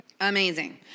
Amazing